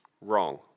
wrong